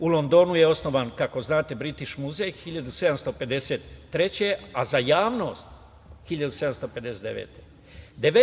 U Londonu je osnovan, kako znate, Britiš muzej 1753. godine, a za javnost 1759. godine.